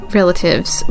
relatives